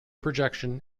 projection